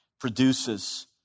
Produces